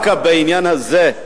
אני רוצה להגיד שדווקא בעניין הזה,